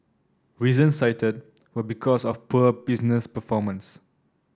reasons cited were because of poor business performance